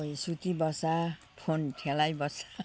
कोही सुतिबस्छ फोन खेलाइबस्छ